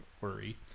worry